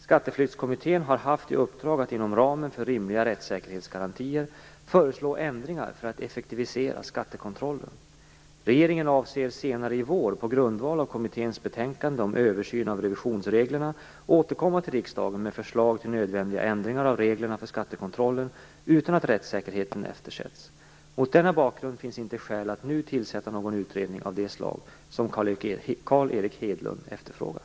Skatteflyktskommittén har haft i uppdrag att inom ramen för rimliga rättssäkerhetsgarantier föreslå ändringar för att effektivisera skattekontrollen. Regeringen avser att senare i vår på grundval av kommitténs betänkande om översyn av revisionsreglerna återkomma till riksdagen med förslag till nödvändiga ändringar av reglerna för skattekontrollen utan att rättssäkerheten eftersätts. Mot denna bakgrund finns inte skäl att nu tillsätta någon utredning av det slag som Carl Erik Hedlund efterfrågar.